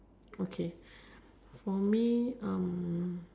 okay for me